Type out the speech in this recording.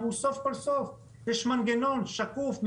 אלא אמרו סוף כל סוף יש מנגנון שקוף,